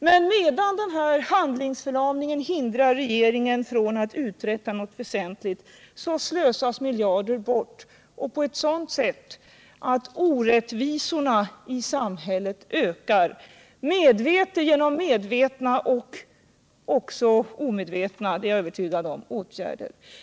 Men medan handlingsförlamningen hindrar regeringen från att uträtta något väsentligt slösas miljarder bort på sådant sätt att orättvisorna i samhället ökar genom medvetna åtgärder.